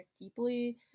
deeply